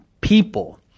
people